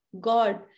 God